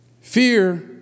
Fear